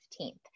15th